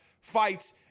fights